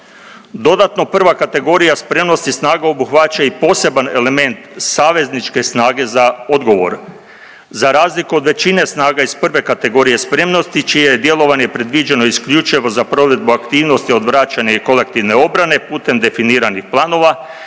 Dodatno prva kategorija spremnosti snaga obuhvaća i o poseban element savezničke snage za odgovor, za razliku od većine snaga iz prve kategorije spremnosti čije je djelovanje predviđeno isključivo za provedbu aktivnosti odvraćanja i kolektivne obrane putem definiranih planova,